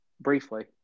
briefly